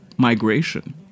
migration